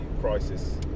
crisis